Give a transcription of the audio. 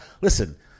listen